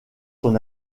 son